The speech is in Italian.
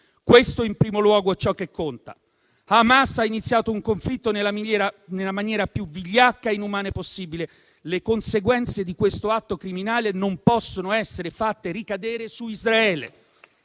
questo in primo luogo è ciò che conta. Hamas ha iniziato un conflitto nella maniera più vigliacca e inumana possibile: le conseguenze di questo atto criminale non possono essere fatte ricadere su Israele.